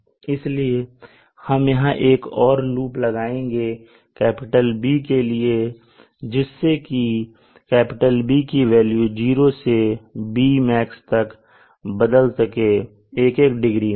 इसलिए हम यहां एक और लूप लगाएंगे B के लिए जिससे कि B की वैल्यू 0 से Bmax तक बदल सकें एक एक डिग्री में